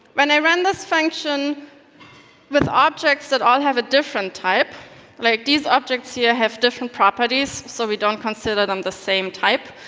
when i ran this function with objects that have a different type like these objects here have different properties so we don't consider them the same type,